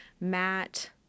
Matt